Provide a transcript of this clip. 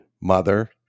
Mother